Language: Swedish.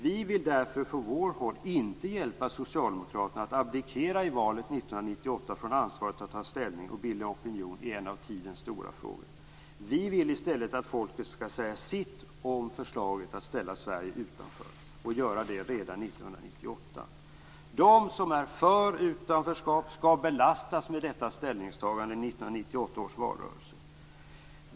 Vi vill därför inte hjälpa Socialdemokraterna att i valet 1998 abdikera från ansvaret att ta ställning och bilda opinion i en av tidens stora frågor. Vi vill i stället att folket skall säga sitt om förslaget att ställa Sverige utanför och göra det redan 1998. De som är för utanförskap skall belastas med detta ställningstagande i 1998 års valrörelse.